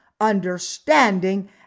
understanding